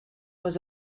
was